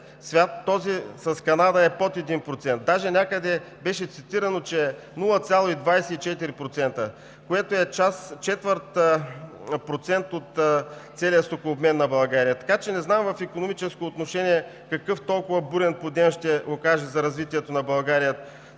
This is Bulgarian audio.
този с Канада е под 1%. Даже някъде беше цитирано, че е 0,24%, което е четвърт процент от целия стокообмен на България. Не знам в икономическо отношение това споразумение какъв толкова бурен подем ще окаже за развитието на България.